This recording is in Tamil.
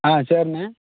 ஆ சரிண்ணே